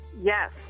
Yes